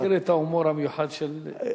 אני קצת מכיר את ההומור המיוחד של ידידנו.